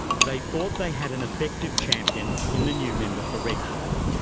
they thought they had an effective champion in the new member for redcliffe.